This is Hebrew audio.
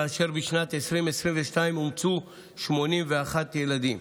ובשנת 2022 אומצו 81 ילדים.